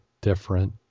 different